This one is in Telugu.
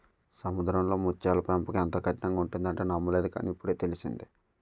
సముద్రంలో ముత్యాల పెంపకం ఎంతో కఠినంగా ఉంటుందంటే నమ్మలేదు కాని, ఇప్పుడే తెలిసింది